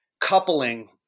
coupling